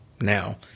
now